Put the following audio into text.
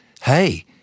hey